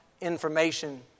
information